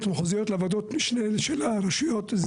המחוזיות לוועדות משנה של הרשויות.